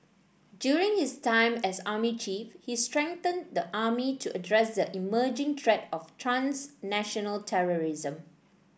during his time as army chief he strengthened the army to address the emerging threat of transnational terrorism